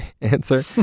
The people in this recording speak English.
answer